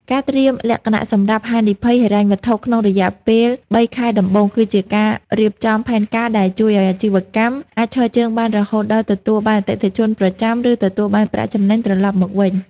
ការត្រៀមលក្ខណៈសម្រាប់ហានិភ័យហិរញ្ញវត្ថុក្នុងរយៈពេលបីខែដំបូង គឺជាការរៀបចំផែនការដែលជួយឱ្យអាជីវកម្មអាចឈរជើងបានរហូតដល់ទទួលបានអតិថិជនប្រចាំ និងទទួលបានប្រាក់ចំណេញត្រឡប់មកវិញ។